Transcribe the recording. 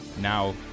Now